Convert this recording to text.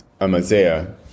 Amaziah